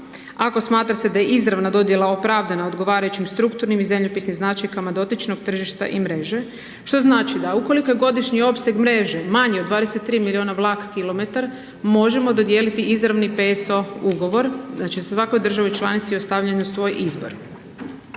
ako smatra se da je izravna dodjela opravdana odgovarajućim strukturnim i zemljopisnim značajkama dotičnog tržišta i mreže što znači da ukoliko je godišnji opseg mreže manji od 23 miliona vlak kilometar, možemo dodijeliti izravni PSO ugovor, znači svakoj državi članici ostavljeno na svoj izbor.